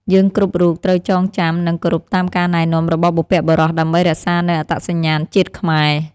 យើងគ្រប់រូបត្រូវចងចាំនិង គោរពតាមការណែនាំរបស់បុព្វបុរសដើម្បីរក្សានូវអត្តសញ្ញាណជាតិខ្មែរ។